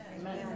Amen